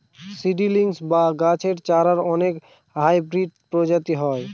seedlings বা গাছের চারার অনেক হাইব্রিড প্রজাতি হয়